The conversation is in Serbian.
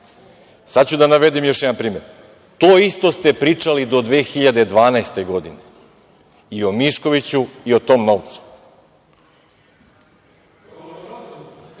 sada ću da navedem još jedan primer, to isto ste pričali do 2012. godine, i o Miškoviću i o tom novcu. Vama